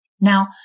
Now